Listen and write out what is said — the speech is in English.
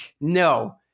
No